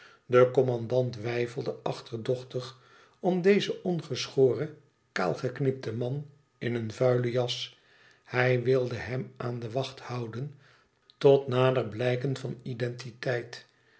de commandant weifelde achterdochtig om dezen ongeschoren kaalgeknipten man in een vuile jas hij wilde hem aan de wacht houden tot nader blijken van identiteit